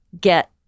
get